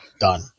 done